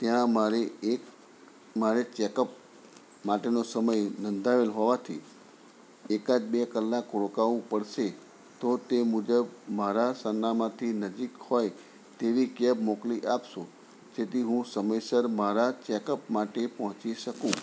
ત્યાં મારે એક મારે ચેકઅપ માટેનો સમય નોંધાવેલ હોવાથી એકાદ બે કલાક રોકાવું પડશે તો તે મુજબ મારા સરનામાથી નજીક હોય તેવી કેબ મોકલી આપશો જેથી હું સમયસર મારા ચેકઅપ માટે પહોંચી શકું